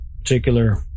particular